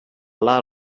lot